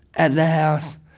at the house,